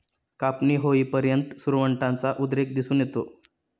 कापणी होईपर्यंत सुरवंटाचा उद्रेक दिसून येतो